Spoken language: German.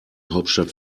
hauptstadt